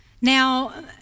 Now